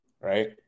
right